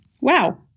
Wow